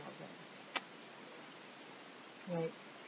right